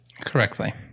Correctly